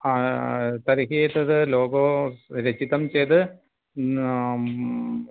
तर्हि तत् लोगो रचितं चेत्